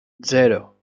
zero